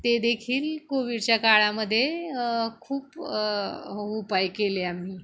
ते देखील कोविडच्या काळामध्ये खूप उपाय केले आम्ही